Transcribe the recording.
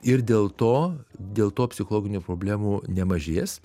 ir dėl to dėl to psichologinių problemų nemažės